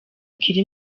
kiri